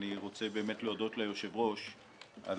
אני רוצה באמת להודות ליושב-ראש על